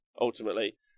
ultimately